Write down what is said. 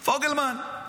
פוגלמן.